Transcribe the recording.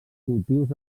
cultius